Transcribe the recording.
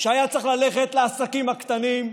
שהיה צריך ללכת לעסקים הקטנים,